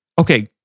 Okay